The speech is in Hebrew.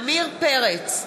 עמיר פרץ,